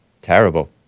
Terrible